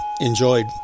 enjoyed